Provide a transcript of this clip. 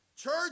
church